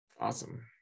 Awesome